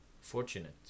fortunate